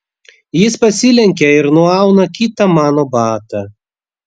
jis pasilenkia ir nuauna kitą mano batą